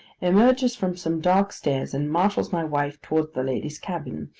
emerges from some dark stairs, and marshals my wife towards the ladies' cabin,